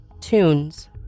Tunes